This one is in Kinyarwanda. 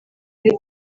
iyo